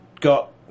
got